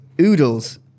oodles